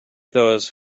those